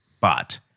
but-